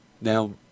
now